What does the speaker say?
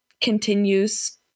continues